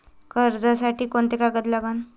कर्जसाठी कोंते कागद लागन?